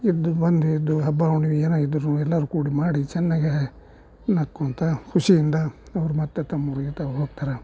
ಇದ್ದು ಬಂದು ಇದ್ದು ಹಬ್ಬ ಹುಣ್ಣಿಮೆ ಏನೇ ಇದ್ರೂ ಎಲ್ಲರೂ ಕೂಡಿ ಮಾಡಿ ಚೆನ್ನಾಗೇ ನಕ್ಕೊತ ಖುಷಿಯಿಂದ ಅವರು ಮತ್ತೆ ತಮ್ಮ ಊರಿಗೆ ತಾವು ಹೋಗ್ತಾರ